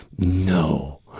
no